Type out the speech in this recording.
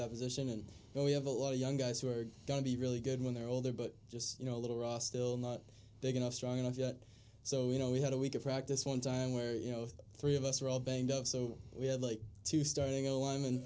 that position and we have a lot of young guys who are going to be really good when they're older but just you know a little raw still not big enough strong enough yet so you know we had a week of practice one time where you know three of us are all banged up so we have to start